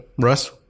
Russ